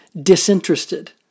disinterested